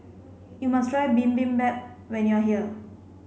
you must try Bibimbap when you are here